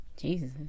Jesus